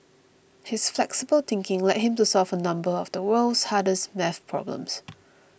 his flexible thinking led him to solve a number of the world's hardest math problems